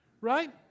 Right